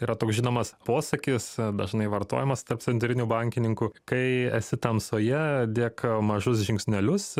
yra toks žinomas posakis dažnai vartojamas tarp centrinių bankininkų kai esi tamsoje dėk mažus žingsnelius